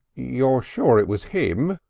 you're sure it was him?